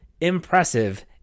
impressive